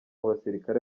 basirikare